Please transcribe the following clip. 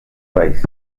país